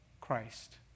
Christ